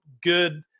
good